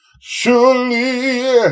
surely